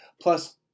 Plus